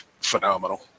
phenomenal